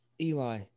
Eli